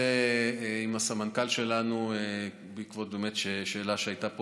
עם הסמנכ"ל שלנו בעקבות שאלה שהייתה פה,